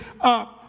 up